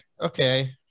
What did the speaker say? okay